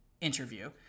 interview